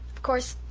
of course,